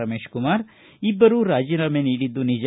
ರಮೇಶ್ಕುಮಾರ್ ಇಬ್ಬರೂ ರಾಜೀನಾಮೆ ನೀಡಿದ್ದು ನಿಜ